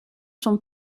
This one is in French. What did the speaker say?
sont